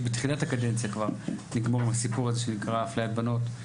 בתחילת הקדנציה כבר נגמור עם הסיפור הזה שנקרא אפליית בנות.